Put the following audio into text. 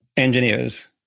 engineers